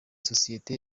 sosiyete